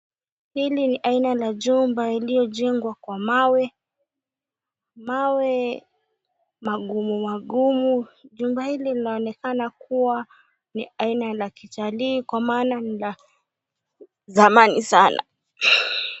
Hili ni aina ya jumba iliyojengwa kwa mawe, mawe magumu magumu. Jumba hili linaonekana kuwa ni aina la kitalii kwa maana lina thamani sana.